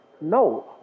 No